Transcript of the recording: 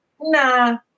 nah